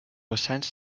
vessants